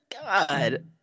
God